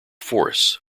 force